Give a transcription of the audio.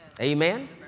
Amen